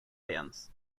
science